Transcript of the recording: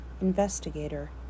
Investigator